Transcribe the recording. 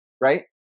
right